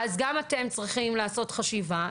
אז גם אתם צריכים לעשות חשיבה,